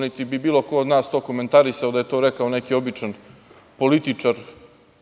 niti bi bilo ko od nas to komentarisao, da je to rekao neki običan političar,